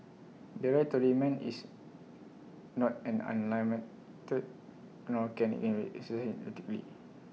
the right to remand is not an unlimited right can IT be